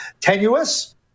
tenuous